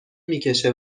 میکشه